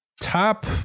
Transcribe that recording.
top-